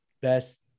best